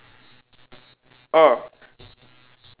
oh